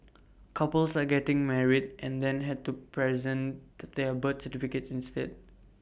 couples are getting married and then had to present that their birth certificates instead